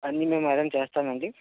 అన్నీ మేము అరేంజ్ చేస్తామండి